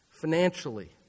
financially